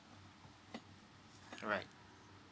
alright